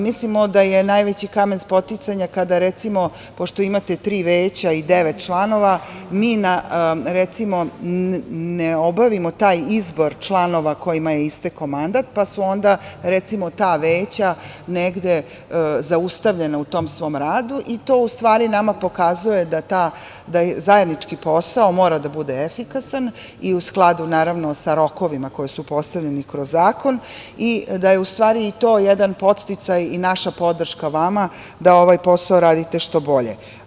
Mislimo da je najveći kamen spoticanja kada, recimo, pošto imate tri Veća i devet članova, mi recimo ne obavimo taj izbor članova kojima je istekao mandat, pa su onda ta Veća negde zaustavljena u tom svom radu i to u stvari nama pokazuje da zajednički posao mora da bude efikasan i u skladu sa rokovima koji su postavljeni kroz zakon i da je to jedan podsticaj i naša podrška vama da ovaj posao radite što bolje.